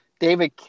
David